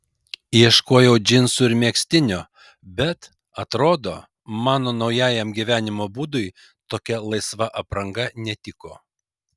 ieškojau džinsų ir megztinio bet atrodo mano naujajam gyvenimo būdui tokia laisva apranga netiko